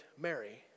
Mary